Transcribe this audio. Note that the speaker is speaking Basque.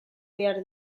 behar